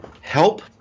help